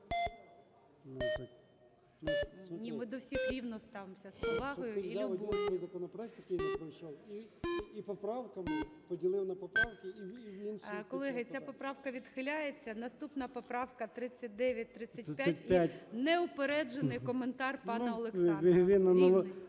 Колеги, ця поправка відхиляється. Наступна поправка – 3935. І неупереджений коментар пана Олександра.